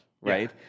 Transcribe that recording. Right